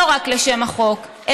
לא רק לשם החוק,